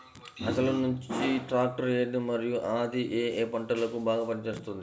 అసలు మంచి ట్రాక్టర్ ఏది మరియు అది ఏ ఏ పంటలకు బాగా పని చేస్తుంది?